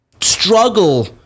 struggle